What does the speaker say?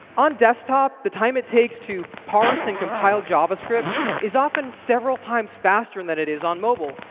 on desktop, the time it takes to parse and compile javascript is often several times faster and than it is on mobile,